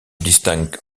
distingue